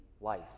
life